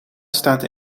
staat